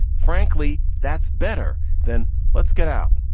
frankly, that's better than let's get out.